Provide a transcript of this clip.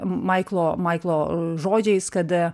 maiklo maiklo žodžiais kad